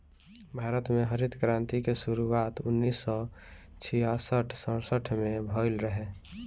भारत में हरित क्रांति के शुरुआत उन्नीस सौ छियासठ सड़सठ में भइल रहे